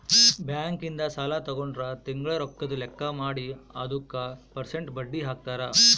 bank ಇಂದ ಸಾಲ ತಗೊಂಡ್ರ ತಿಂಗಳ ರೊಕ್ಕದ್ ಲೆಕ್ಕ ಮಾಡಿ ಅದುಕ ಪೆರ್ಸೆಂಟ್ ಬಡ್ಡಿ ಹಾಕ್ತರ